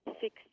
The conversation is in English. six